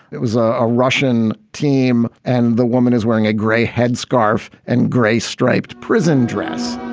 it was ah a russian team and the woman is wearing a gray headscarf and gray striped prison dress.